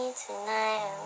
tonight